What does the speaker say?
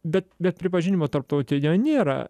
bet bet pripažinimo tarptautinio nėra